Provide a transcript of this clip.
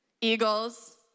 Eagles